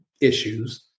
issues